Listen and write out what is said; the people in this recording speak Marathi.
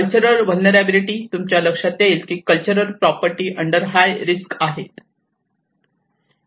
कल्चरल व्हलनेरलॅबीलीटी तुमच्या लक्षात येईल की cultural property under high risk आहेत